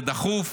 זה דחוף,